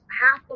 half